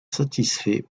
satisfait